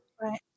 Right